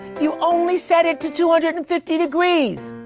you only set it to two hundred and fifty degrees!